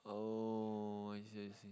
oh I see I see